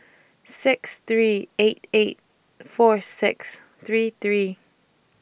six three eight eight four six three three